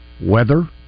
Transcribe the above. weather